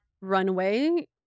runway